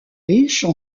riches